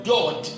God